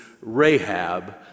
Rahab